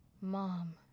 Mom